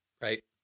Right